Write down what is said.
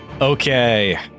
Okay